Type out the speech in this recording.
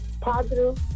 positive